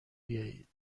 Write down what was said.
بیایید